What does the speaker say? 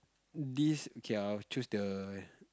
this K I'll choose the